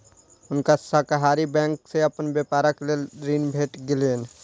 हुनका सहकारी बैंक से अपन व्यापारक लेल ऋण भेट गेलैन